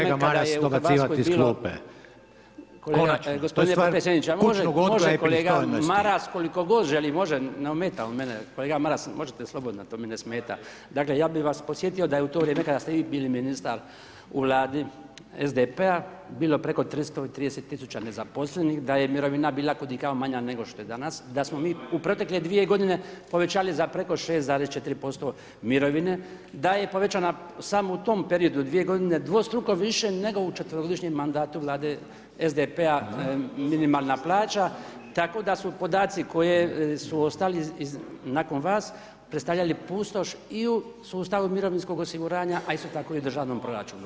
Kolega, gospodine potpredsjedniče, može kolega Maras koliko god želi, može, ne ometa on mene [[Upadica predsjednik: Konačno je stvar kućnog odgoja i pristojnosti.]] Kolega Maras, možete slobodno, to me ne smeta. ... [[Upadica se ne čuje.]] Dakle, ja bih vas podsjetio da je u to vrijeme kada ste vi bili ministar u Vladi SDP-a bilo preko 330 tisuća nezaposlenih, da je mirovina bila kudikamo manja nego što je danas, da smo mi u protekle dvije godine povećali za preko 6,4% mirovine, da je povećana, samo u tom periodu 2 godine dvostruko više nego u četverogodišnjem mandatu SDP-a minimalna plaća, tako da su podaci koji su ostali nakon vas predstavljali pustoš i u sustavu mirovinskog osiguranja a isto tako i državnom proračunu.